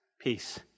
Peace